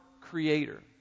Creator